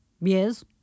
Yes